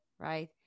Right